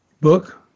book